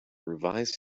revised